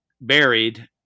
buried